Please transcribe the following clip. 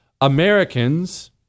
Americans